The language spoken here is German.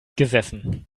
gesessen